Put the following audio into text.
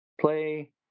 play